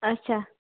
اَچھا